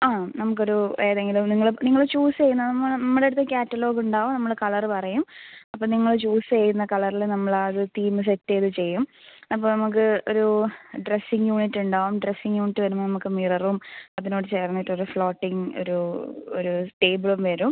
ആ നമുക്കൊരു ഏതെങ്കിലും നിങ്ങൾ നിങ്ങൽ ചൂസ് ചെയ്യുന്ന നമ്മളെ അടുത്ത് കാറ്റലോഗുണ്ടാവും നമ്മൾ കളറ് പറയും അപ്പോൾ നിങ്ങൾ ചൂസ് ചെയ്യുന്ന കളറിൽ നമ്മൾ ആ അത് തീമ് സെറ്റ് ചെയ്ത് ചെയ്യും അപ്പോൾ നമുക്ക് ഒരു ഡ്രസ്സിംഗ് യൂണിറ്റ് ഉണ്ടാവും ഡ്രസ്സിംഗ് യൂണിറ്റ് വരുമ്പം നമുക്ക് മിററും അതിനോട് ചേർന്നിട്ടൊരു ഫ്ലോട്ടിംഗ് ഒരു ഒരു ടേബിളും വരും